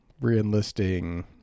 re-enlisting